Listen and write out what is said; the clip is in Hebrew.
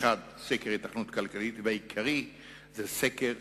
אחת, סקר היתכנות כלכלית, והעיקרית היא סקר